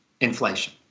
inflation